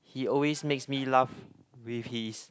he always makes me laugh with his